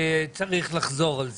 וצריך לחזור על זה.